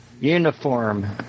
Uniform